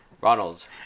Ronald